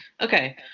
Okay